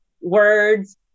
words